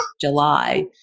July